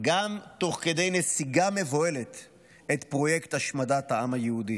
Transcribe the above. גם תוך כדי נסיגה מבוהלת את פרויקט השמדת העם היהודי.